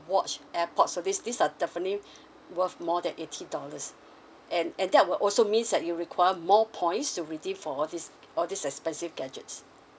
watch AirPod service these are definitely worth more than eighty dollars and and that will also means that you require more points to redeem for all these all these expensive gadgets